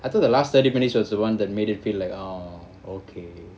I thought the last thirty minutes was the one that made it feel like oh okay